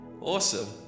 Awesome